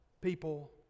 people